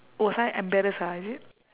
was I embarrass ah is it